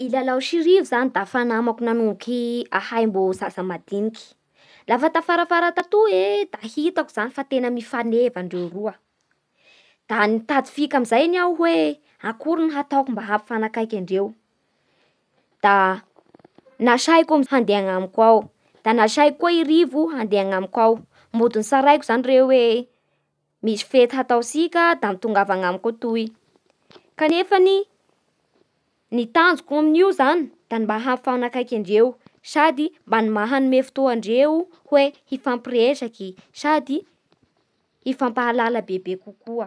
I Lalao sy Rivo zany da fa namako nanomboky ahay mbo zaza madiniky. Lafa tafarafara tatoy da hitako fa miafaneva ndreo roa. Dda nitady fika amin'izay any aho hoe akory ny ataoko mba hampifanakaiky andreo. Nasaiko handeha anamiko ao da nasaiko koa Rivo handeha anamiko ao. Mody nitsaraiko ndreo hoe misy fety hataotsika da mitongava anamiko atoy. Kanefa any tanjoko amin'io zany de mba ny hampifanakaiky andreo, sady mba hanome fotoa andreo hoe hifampiresaky sady hifampahalala bebe kokoa.